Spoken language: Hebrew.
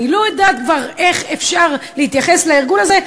אני לא יודעת כבר איך אפשר להתייחס לארגון הזה,